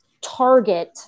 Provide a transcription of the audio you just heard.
target